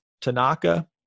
Tanaka